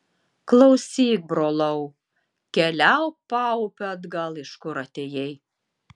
klausyk brolau keliauk paupiu atgal iš kur atėjai